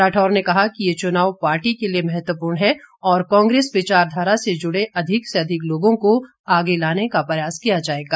राठौर ने कहा कि ये चुनाव पार्टी के लिए महत्वपूर्ण है और कांग्रेस विचारधारा से जुड़े अधिक से अधिक लोगों को आगे लाने का प्रयास किया जाएगा